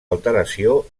alteració